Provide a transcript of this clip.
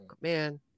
man